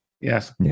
yes